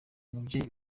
umubyeyi